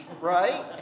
right